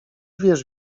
wierz